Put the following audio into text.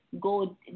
go